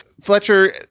Fletcher